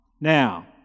Now